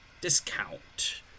discount